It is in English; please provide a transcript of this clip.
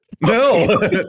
No